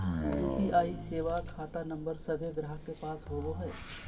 UPI सेवा खता number सभे गाहक के पास होबो हइ